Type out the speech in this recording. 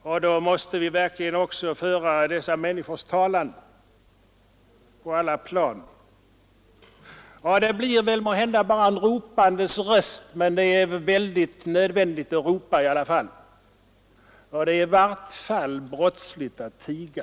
Vi måste verkligen föra dessa människors talan utan att förtröttas. Det blir måhända bara en ropandes röst i öknen, men det är nödvändigt att ropa i alla fall, och det är i vart fall brottsligt att tiga!